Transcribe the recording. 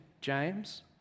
James